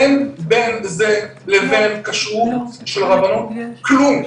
אין בין זה לבין כשרות של הרבנות כלום,